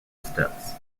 steps